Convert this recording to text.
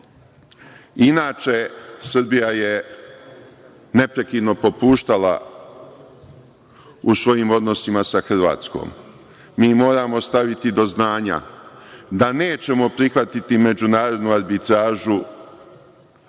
inače, Srbija je neprekidno popuštala u svojim odnosima sa Hrvatskom. Mi moramo staviti do znanja ne nećemo prihvatiti međunarodnu arbitražu